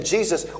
Jesus